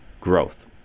growth